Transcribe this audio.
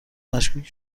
مشکوکی